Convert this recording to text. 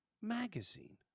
magazine